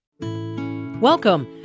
Welcome